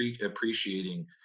appreciating